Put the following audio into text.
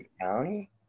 county